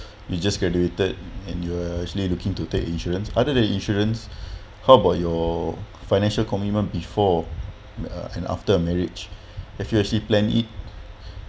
you just graduated and you're actually looking to take insurance other than insurance how about your financial commitment before and after a marriage have you actually plan it